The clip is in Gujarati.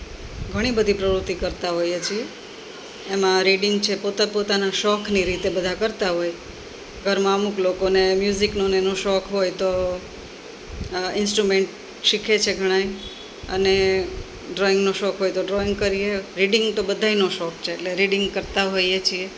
ઘણીબધી પ્રવૃત્તિ કરતાં હોઈએ છીએ એમાં રીડિંગ છે પોતે પોતાના શોખની રીતે બધા કરતા હોય ઘરમાં અમુક લોકોને મ્યુઝિકનો ને એનો શોખ હોય તો ઇનસ્ટુમેન્ટ શીખે છે ઘણાય ને ડ્રોઇંગનો શોખ હોય તો ડ્રોઈંગ કરીએ રીડિંગ તો બધાંયનો શોખ છે એટલે રીડિંગ કરતા હોઈએ છીએ